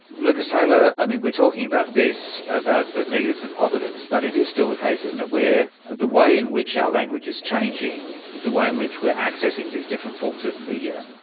lucas taylor, i mean we're talking about this, about the negatives and the positives, but it is still the case, isn't it, where the way in which our language is changing, the way in which we're accessing these different forms of media,